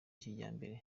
kijyambere